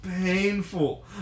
painful